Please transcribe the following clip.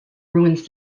ruins